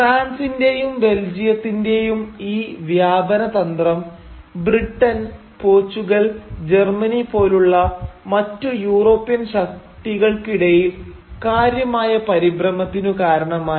ഫ്രാൻസിന്റെയും ബെൽജിയത്തിന്റെയും ഈ വ്യാപനതന്ത്രം ബ്രിട്ടൻ പോർച്ചുഗൽ ജർമനി പോലുള്ള മറ്റു യൂറോപ്യൻ ശക്തികൾക്കിടയിൽ കാര്യമായ പരിഭ്രമത്തിനു കാരണമായി